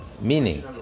meaning